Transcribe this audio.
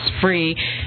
free